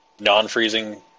non-freezing